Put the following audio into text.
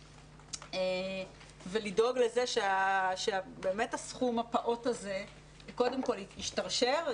ולדאוג לכך שהסכום הפעוט הזה קודם כול ישתרשר,